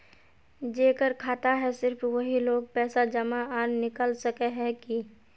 जेकर खाता है सिर्फ वही लोग पैसा जमा आर निकाल सके है की?